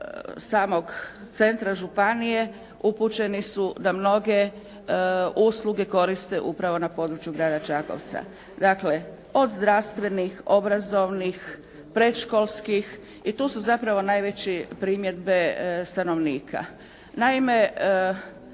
samog centra županije upućeni su da mnoge usluge koriste upravo na području Grada Čakovca. Dakle, od zdravstvenih, obrazovnih, predškolskih i tu su zapravo najveće primjedbe stanovnika. Naime,